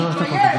זאת תשובה?